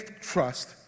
trust